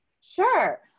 sure